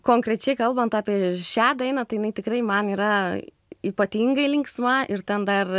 konkrečiai kalbant apie šią dainą tai jinai tikrai man yra ypatingai linksma ir ten dar